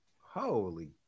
Holy